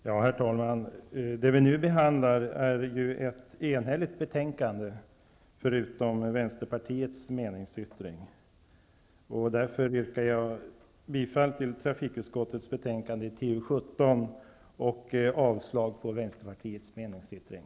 Herr talman! Det vi nu behandlar är ett betänkande från ett enhälligt utskott, med undantag för Vänsterpartiet, som har avgett en meningsyttring. Jag yrkar bifall till hemställan i trafikutskottets betänkande TU17 och avslag på Vänsterpartiets meningsyttring.